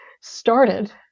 started